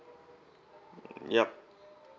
yup